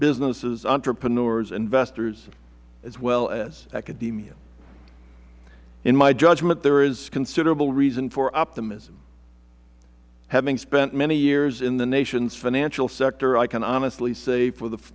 businesses entrepreneurs investors as well as academia in my judgment there is considerable reason for optimism having spent many years in the nation's financial sector i can honestly say that for the f